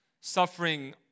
suffering